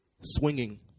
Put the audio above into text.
swinging